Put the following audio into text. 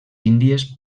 índies